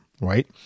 right